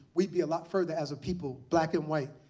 we'd be a lot further as a people, black and white,